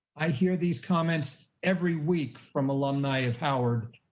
i hear these comments every week from alumni of howard.